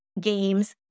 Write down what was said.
games